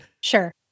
Sure